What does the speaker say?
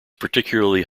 particularly